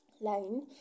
line